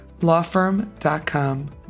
lawfirm.com